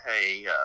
hey –